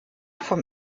vom